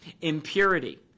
impurity